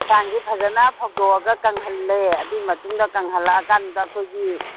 ꯉꯁꯥꯡꯁꯦ ꯐꯖꯅ ꯐꯧꯗꯣꯛꯑꯒ ꯀꯪꯍꯜꯂꯦ ꯑꯗꯨꯒꯤ ꯃꯇꯨꯡꯗ ꯀꯪꯍꯜꯂꯀꯥꯟꯗ ꯑꯩꯈꯣꯏꯒꯤ